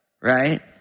right